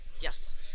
Yes